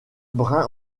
brun